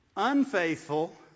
unfaithful